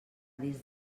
des